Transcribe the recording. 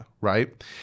right